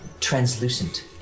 translucent